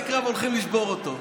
שיא אז טייסי קרב הולכים לשבור אותו.